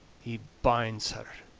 he binds her,